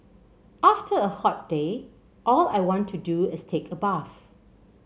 after a hot day all I want to do is take a bath